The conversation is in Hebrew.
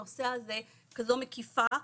כזאת מקיפה,